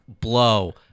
blow